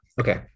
okay